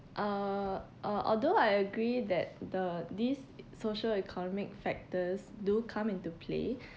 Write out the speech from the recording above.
uh uh although I agree that the these social economic factors do come into play